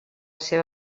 seva